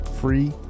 free